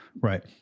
right